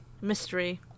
Mystery